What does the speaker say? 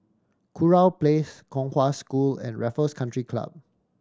Kurau Place Kong Hwa School and Raffles Country Club